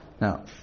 Now